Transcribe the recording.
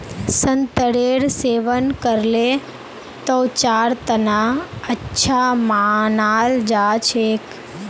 संतरेर सेवन करले त्वचार तना अच्छा मानाल जा छेक